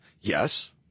Yes